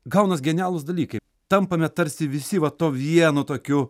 gaunas genialūs dalykai tampame tarsi visi va tuo vienu tokiu